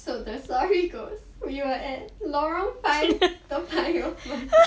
so the story goes we were at lorong five toa payoh